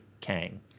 Kang